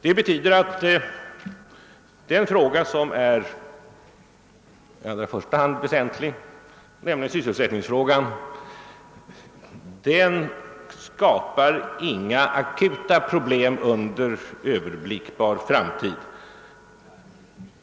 Det betyder att den fråga som i allra första hand har betydelse, nämligen sysselsättningsfrågan, inte förorsakar några akuta problem under överblickbar framtid.